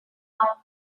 heart